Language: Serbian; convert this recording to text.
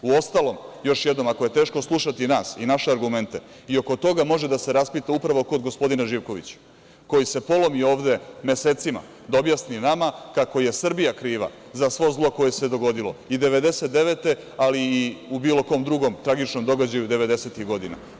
Uostalom, još jednom, ako je teško slušati nas i naše argumente, i oko toga može da se raspita upravo kod gospodina Živkovića, koji se polomi ovde mesecima da objasni nama kako je Srbija kriva za svo zlo koje se dogodilo i 1999, ali i u bilo kom drugom tragičnom događaju 90-ih godina.